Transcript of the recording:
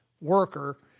worker